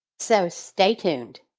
so stay tuned.